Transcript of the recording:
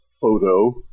photo